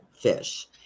fish